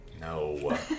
No